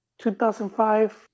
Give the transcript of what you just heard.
2005